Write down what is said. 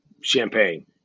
champagne